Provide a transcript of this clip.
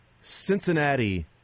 Cincinnati